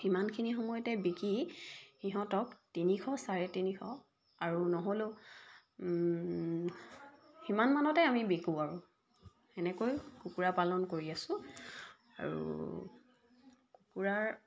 সিমানখিনি সময়তে বিকি সিহঁতক তিনিশ চাৰে তিনিশ আৰু নহ'লেও সিমানমানতে আমি বিকো আৰু সেনেকৈ কুকুৰা পালন কৰি আছোঁ আৰু কুকুৰাৰ